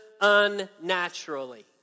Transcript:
unnaturally